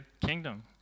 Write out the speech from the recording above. kingdom